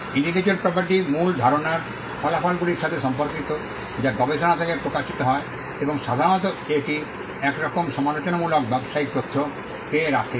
intellectual property মূল ধারণার ফলাফলগুলির সাথে সম্পর্কিত যা গবেষণা থেকে প্রকাশিত হয় এবং সাধারণত এটি একরকম সমালোচনামূলক ব্যবসায়িক তথ্য কে রাখে